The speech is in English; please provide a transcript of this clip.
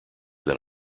than